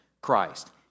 Christ